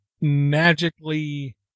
magically